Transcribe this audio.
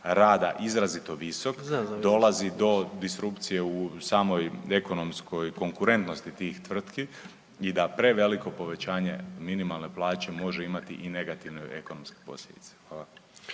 rada izrazito visok dolazi do distrukcije u samoj ekonomskoj konkurentnosti tih tvrtki i da preveliko povećanje minimalne plaće može imati i negativne ekonomske posljedice.